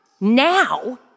now